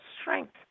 strength